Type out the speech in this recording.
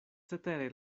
cetere